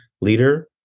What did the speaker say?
leader